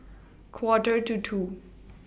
Quarter to two